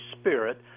spirit